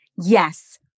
Yes